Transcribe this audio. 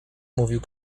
mówił